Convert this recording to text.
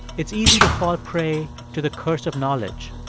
it's easy to fall prey to the curse of knowledge,